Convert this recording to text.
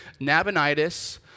Nabonidus